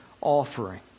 offering